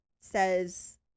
says